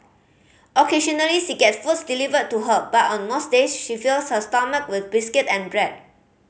occasionally she gets food delivered to her but on most days she fills her stomach with biscuit and bread